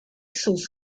sus